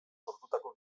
sortutako